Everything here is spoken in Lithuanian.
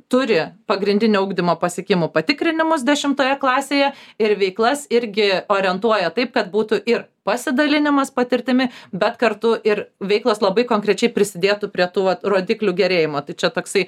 turi pagrindinio ugdymo pasiekimų patikrinimus dešimtoje klasėje ir veiklas irgi orientuoja taip kad būtų ir pasidalinimas patirtimi bet kartu ir veiklos labai konkrečiai prisidėtų prie tų vat rodiklių gerėjimo tai čia toksai